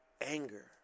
Anger